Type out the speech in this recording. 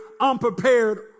unprepared